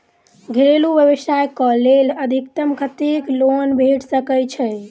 घरेलू व्यवसाय कऽ लेल अधिकतम कत्तेक लोन भेट सकय छई?